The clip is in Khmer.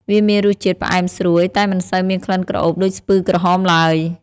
វាមានរសជាតិផ្អែមស្រួយ តែមិនសូវមានក្លិនក្រអូបដូចស្ពឺក្រហមឡើយ។